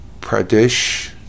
Pradesh